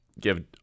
give